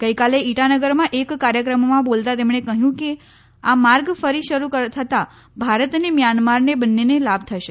ગઈકાલે ઈટાનગરમાં એક કાર્યક્રમમાં બોલતા તેમણે કહ્યું કે આ માર્ગ ફરી શરૂ થતાં ભારત અને મ્યાનમારને બંનેને લાભ થશે